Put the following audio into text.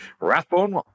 Rathbone